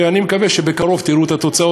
אני מקווה שבקרוב גם תראו את התוצאות.